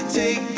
take